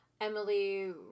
Emily